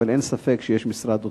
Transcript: אבל אין ספק שיש משרד אוצר.